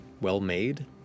well-made